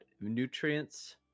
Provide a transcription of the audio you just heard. nutrients